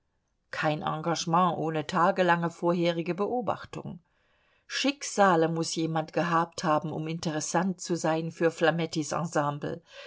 kein engagement ohne tagelange vorherige beobachtung schicksale muß jemand gehabt haben um interessant zu sein für